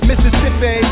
Mississippi